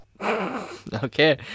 Okay